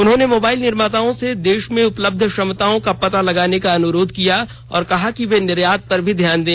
उन्होंने मोबाइल निर्माताओं से देश में उपलब्ध क्षमताओं का पता लगाने का अनुरोध किया और कहा कि वे निर्यात पर भी ध्यान दें